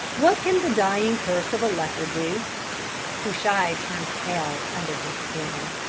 what can the dying curse of a leper do cushai turned pale under his skin.